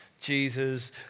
Jesus